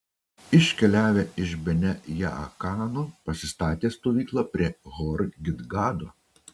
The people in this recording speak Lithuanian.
iškeliavę iš bene jaakano pasistatė stovyklą prie hor gidgado